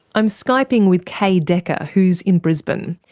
i'm skyping with kay dekker who's in brisbane.